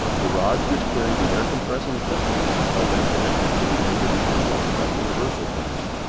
the rods which carry the air-compressing pistons are then connected to the end of the pendulum by universal joints,